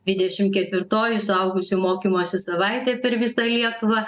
dvidešim ketvirtoji suaugusių mokymosi savaitė per visą lietuvą